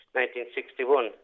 1961